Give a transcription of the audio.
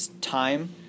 time